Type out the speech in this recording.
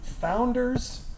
founders